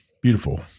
Beautiful